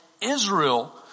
Israel